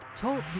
Talk